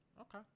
Okay